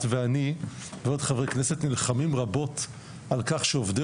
את ואני ועוד חברי כנסת נלחמים רבות על כך שעובדי